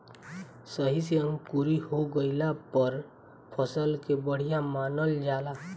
सही से अंकुरी हो गइला पर फसल के बढ़िया मानल जाला